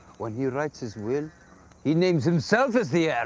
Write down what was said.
when he writes his will he names himself as the